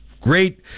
Great